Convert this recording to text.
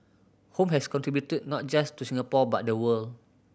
home has contributed not just to Singapore but the world